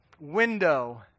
window